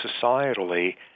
societally